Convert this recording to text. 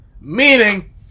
Meaning